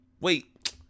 Wait